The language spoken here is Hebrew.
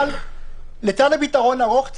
לצד פתרון ארוך טווח,